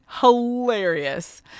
Hilarious